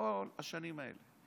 בכל השנים האלה,